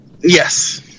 Yes